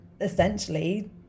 essentially